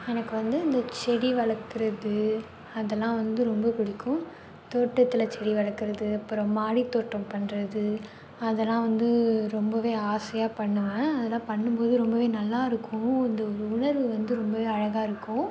எனக்கு வந்து இந்த செடி வளர்க்கறது அதெல்லாம் வந்து ரொம்ப பிடிக்கும் தோட்டத்தில் செடி வளர்க்கறது அப்புறம் மாடித்தோட்டம் பண்ணுறது அதெல்லாம் வந்து ரொம்பவே ஆசையாக பண்ணுவேன் அதெலாம் பண்ணும்போது ரொம்பவே நல்லா இருக்கும் இந்த உணர்வு வந்து ரொம்பவே அழகாக இருக்கும்